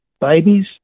babies